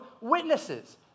witnesses